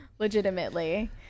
Legitimately